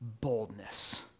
boldness